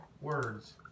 words